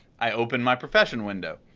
i open my profession window,